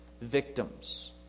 victims